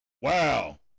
Wow